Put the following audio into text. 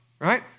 right